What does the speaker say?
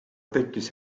tekkis